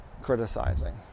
criticizing